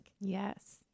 Yes